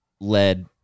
led